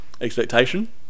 ...expectation